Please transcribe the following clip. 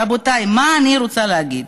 רבותיי, מה אני רוצה להגיד?